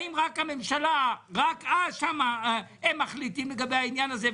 האם רק הממשלה מחליטה לגבי העניין הזה,